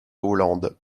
hollande